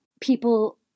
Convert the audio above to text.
people